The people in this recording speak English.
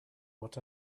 what